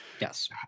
Yes